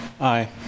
Aye